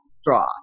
straw